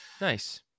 nice